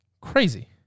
crazy